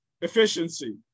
efficiency